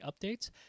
updates